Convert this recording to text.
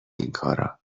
اینکارا